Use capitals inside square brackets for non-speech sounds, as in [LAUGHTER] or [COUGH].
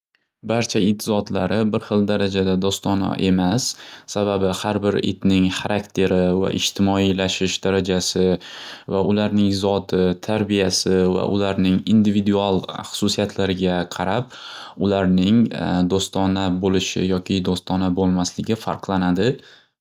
Barcha it zotlari bir xil darajada do'stona emas sababi xar bir itning xarakteri va ishtimoiylashish darajasi va ularning zoti tarbiyasi va ularning individual hususiyatlariga qarab ularning [HESITATION] do'stona bo'lishi yoki do'stona bo'lmasligi farqlanadi.